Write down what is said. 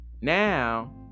Now